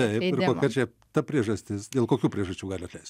taip ir kokia čia ta priežastis dėl kokių priežasčių gali atleisti